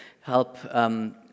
help